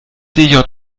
djh